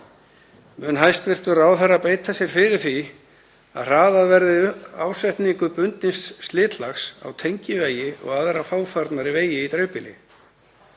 Mun hæstv. ráðherra beita sér fyrir því að hraðað verði ásetningu bundins slitlags á tengivegi og aðra fáfarnari vegi í dreifbýli?